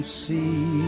see